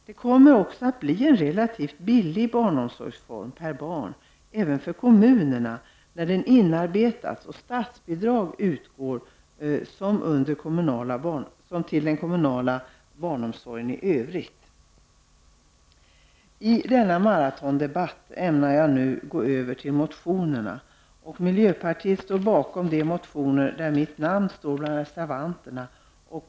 Det blir också en relativt billig barnomsorg per barn även för kommunerna när systemet är inarbetat och statsbidrag utgår som till den kommunala barnomsorgen i övrigt. I denna maratondebatt ämnar jag nu övergå till att kommentera några motioner. Miljöpartiet står bakom de motioner där mitt namn finns med bland reservanterna.